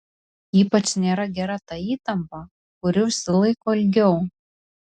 ypač nėra gera ta įtampa kuri užsilaiko ilgiau